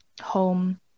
home